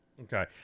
Okay